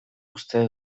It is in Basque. uste